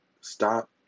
stop